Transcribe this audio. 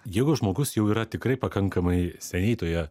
jeigu žmogus jau yra tikrai pakankamai seniai toje